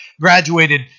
graduated